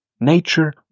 Nature